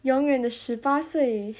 永远的十八岁